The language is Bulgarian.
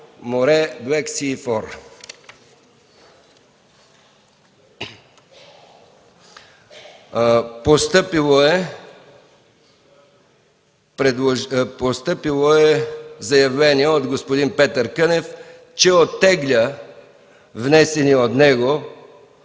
форс”. Постъпило е заявление от господин Петър Кънев, че оттегля внесения от него